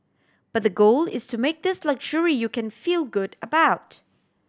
but the goal is to make this luxury you can feel good about